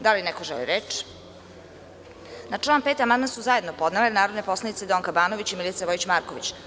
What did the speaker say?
Da li neko želi reč? (Ne.) Na član 5. amandman su zajedno podnele narodne poslanice Donka Banović i Milica Vojić Marković.